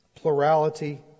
Plurality